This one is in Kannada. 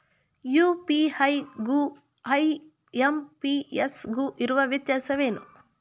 ಯು.ಪಿ.ಐ ಗು ಐ.ಎಂ.ಪಿ.ಎಸ್ ಗು ಇರುವ ವ್ಯತ್ಯಾಸವೇನು?